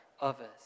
others